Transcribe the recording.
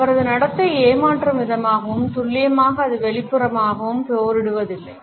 அவரது நடத்தை ஏமாற்றும் விதமாவும் துல்லியமாக அது வெளிப்புறமாகவும் போரிடுவதில்லை